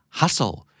hustle